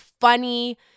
funny